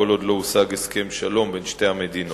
כל עוד לא הושג הסכם שלום בין שתי המדינות.